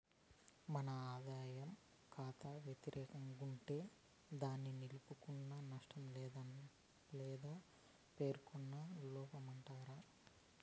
మన ఆదాయ కాతా వెతిరేకం గుంటే దాన్ని నిలుపుకున్న నష్టం లేదా పేరుకున్న లోపమంటారు